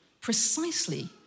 precisely